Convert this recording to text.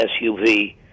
SUV